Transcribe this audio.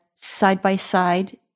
side-by-side